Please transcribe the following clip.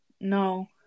No